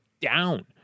down